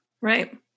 Right